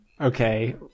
Okay